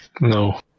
No